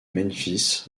memphis